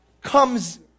comes